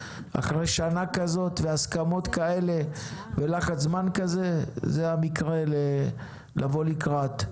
אחרי שנה כזאת והסכמות כאלה ולחץ זמן כזה זה המקרה לבוא לקראת.